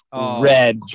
red